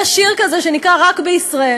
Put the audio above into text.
יש שיר כזה שנקרא "רק בישראל"